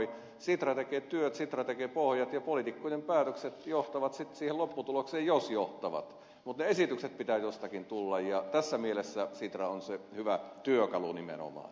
sitra tekee työt sitra tekee pohjat ja poliitikkojen päätökset johtavat sitten siihen lopputulokseen jos johtavat mutta niiden esitysten pitää jostakin tulla ja tässä mielessä sitra on se hyvä työkalu nimenomaan